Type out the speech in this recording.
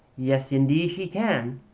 yes, indeed he can